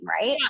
right